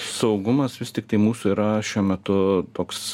saugumas vis tiktai mūsų yra šiuo metu toks